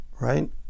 right